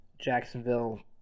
Jacksonville